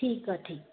ठीकु आहे ठीकु आहे